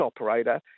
operator